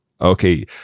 Okay